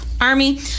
Army